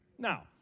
Now